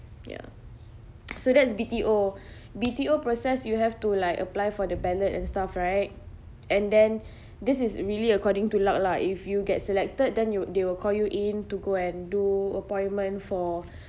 ya so that's B_T_O B_T_O process you have to like apply for the ballot and stuff right and then this is really according to luck lah if you get selected then you they will call you in to go and do appointment for